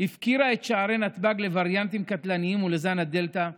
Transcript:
הפקירה את שערי נתב"ג לווריאנטים קטלניים ולזן הדלתא,